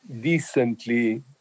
decently